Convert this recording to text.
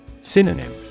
Synonym